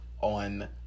on